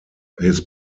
his